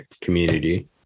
community